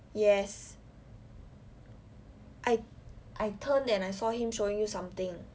yes I I turned and I saw him showing you something